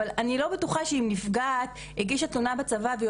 אבל אני לא בטוחה שאם נפגעת הגישה תלונה בצבא והיא